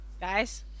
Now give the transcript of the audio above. guys